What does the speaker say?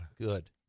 Good